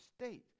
state